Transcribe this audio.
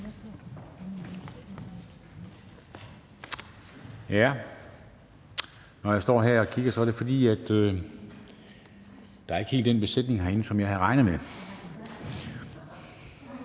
Når jeg står her og kigger, er det, fordi der ikke helt er den besætning herinde, som jeg havde regnet med.